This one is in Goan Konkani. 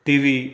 टिवी